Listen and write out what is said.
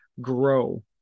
grow